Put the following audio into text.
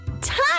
Time